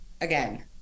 again